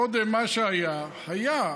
קודם, מה שהיה, היה.